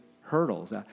hurdles